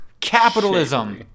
Capitalism